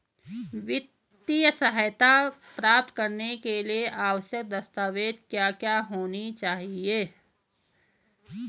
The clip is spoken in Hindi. वित्तीय सहायता प्राप्त करने के लिए आवश्यक दस्तावेज क्या क्या होनी चाहिए?